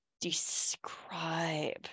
describe